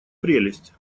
прелесть